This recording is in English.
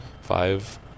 five